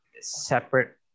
separate